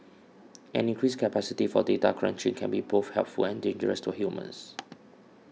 an increasing capacity for data crunching can be both helpful and dangerous to humans